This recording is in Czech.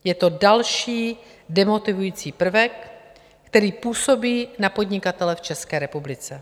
Je to další demotivující prvek, který působí na podnikatele v České republice.